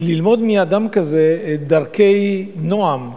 ללמוד מאדם כזה דרכי נועם,